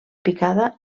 picada